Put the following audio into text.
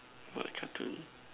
what the cartoon